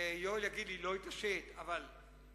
ויואל יגיד לי שהוא לא התעשת אבל הכריע,